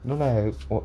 no lah